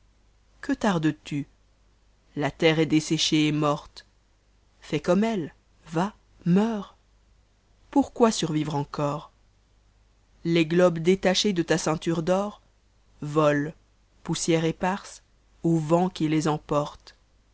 que tardes tu la terre est desséchée et morte r fais comme olle va meurs pourquoi survivre encor les globes détachés de ta ceinture d'or volent pousstère éparse au vent qui les emporte